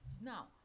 now